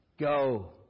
Go